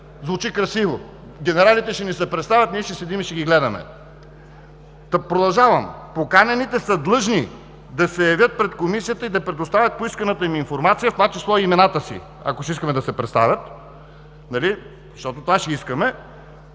Звучи красиво. Генералите ще ни се представят. Ние ще седим и ще ги гледаме. Продължавам: „Поканените са длъжни да се явят пред комисията и да предоставят поисканата им информация“ – в това число и имената си, ако ще искаме да се представят, защото това ще искаме